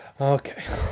Okay